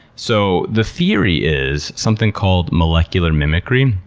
so the theory is something called molecular mimicry.